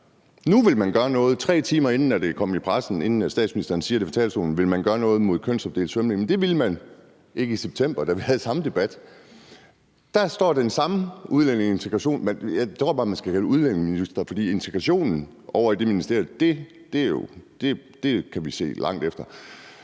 man vil gøre noget nu, 3 timer inden det er kommet i pressen. Inden statsministeren siger det fra talerstolen, vil man gøre noget mod kønsopdelt svømning. Det ville man ikke i september, da vi havde samme debat. Der står den samme udlændinge- og integrationsminister – jeg tror, man bare skal kalde det udlændingeminister, for integrationen ovre i det ministerie kan vi se langt efter.